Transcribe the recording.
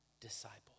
disciples